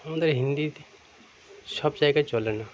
আমাদের হিন্দিতে সব জায়গায় চলে না